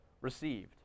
received